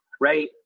right